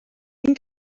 این